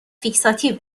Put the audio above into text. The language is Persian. فیکساتیو